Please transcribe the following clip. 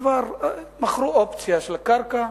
שכבר מכרו אופציה של הקרקע,